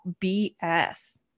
BS